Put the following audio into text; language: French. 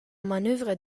manœuvre